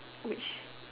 which